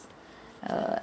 err